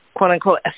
quote-unquote